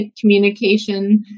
communication